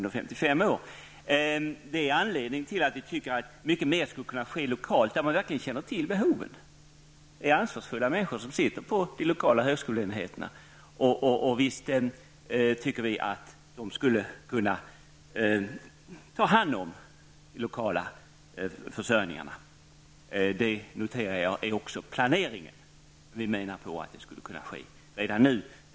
Detta är anledningen till att vi menar att mycket mer skulle kunna ske lokalt, där man verkligen känner till behoven. Det är ansvarsfulla människor som sitter på de lokala högskoleenheterna. Visst skulle de kunna ta hand om de lokala försörjningarna. Jag noterar att detta också är planeringen. Vi menar att det skulle kunna ske redan nu.